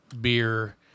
beer